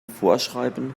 vorschreiben